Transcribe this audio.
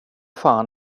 fan